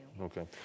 Okay